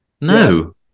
no